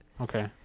okay